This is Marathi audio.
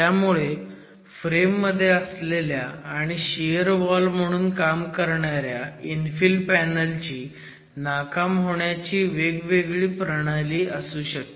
त्यामुळे फ्रेम मध्ये असलेल्या आणि शियर वॉल म्हणून काम करणाऱ्या इन्फिल पॅनलची नाकाम होण्याची वेगवेगळी प्रणाली असू शकते